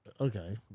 okay